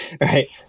right